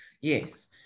Yes